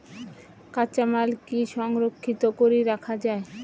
কাঁচামাল কি সংরক্ষিত করি রাখা যায়?